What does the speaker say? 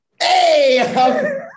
Hey